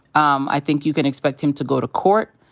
um i think you can expect him to go to court.